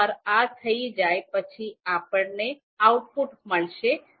એકવાર આ થઈ જાય પછી આપણને આઉટપુટ મળશે